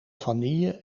vanille